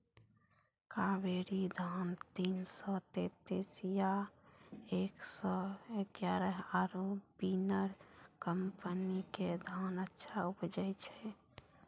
कावेरी धान तीन सौ तेंतीस या एक सौ एगारह आरु बिनर कम्पनी के धान अच्छा उपजै छै?